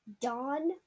Dawn